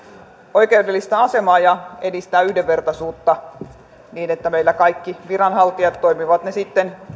oikeudellista asemaa ja edistää yhdenvertaisuutta niin että meillä kaikki viranhaltijat toimivat he sitten